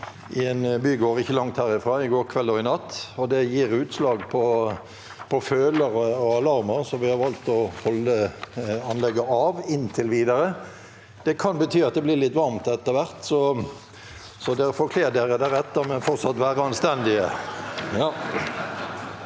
i en bygård ikke langt herfra i går kveld og i natt, og det gir utslag på følere og alarmer, så vi har valgt å holde anlegget av inntil videre. Det kan bety at det blir litt varmt etter hvert, så dere får kle dere deretter, men fortsatt være anstendige.